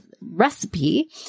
recipe